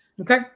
Okay